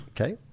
Okay